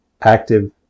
active